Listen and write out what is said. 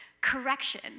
correction